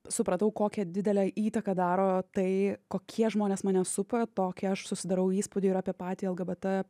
supratau kokią didelę įtaką daro tai kokie žmonės mane supa tokį aš susidarau įspūdį ir apie patį lgbt